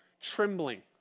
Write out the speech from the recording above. trembling